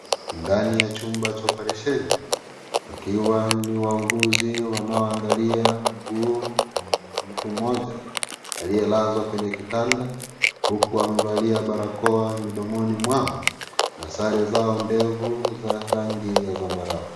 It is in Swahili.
Ndani ya chumba cha operesheni pakiwa na wauguzi wanao angalia miguu wa mtu mmoja aliyelazwa kwenye kitanda huku amevalia barakoa midomoni mwao na sare zao ndefu za rangi ya zambarao.